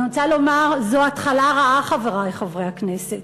אני רוצה לומר: זו התחלה רעה, חברי חברי הכנסת.